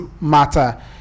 matter